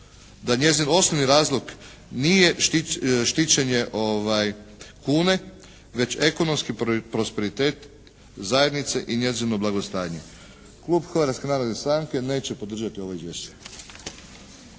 da njezin osnovni razlog nije štićenje kune već ekonomski prosperitet zajednice i njezino blagostanje. Klub Hrvatske narodne stranke neće podržati ovo izvješće.